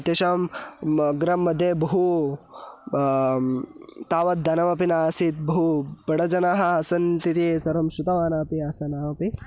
तेषां म गृहं मध्ये बहु तावद् धनमपि नासीत् बहु बडजनाः आसन्निति सर्वं श्रुतवानापि आसन् अहमपि